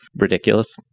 ridiculous